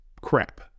crap